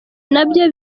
nabyo